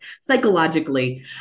psychologically